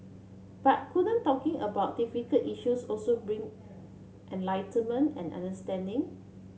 but couldn't talking about difficult issues also bring enlightenment and understanding